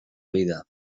vida